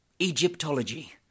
Egyptology